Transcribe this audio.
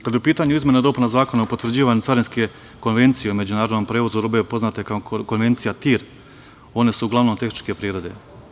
Kada je u pitanju izmena i dopuna Zakona o potvrđivanju carinske konvencije o međunarodnom prevozu robe, poznate kao Konvencija TIM, one su uglavnom tehničke prirode.